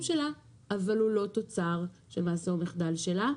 שלה אבל הוא לא תוצר של מעשה או מחדל שלה.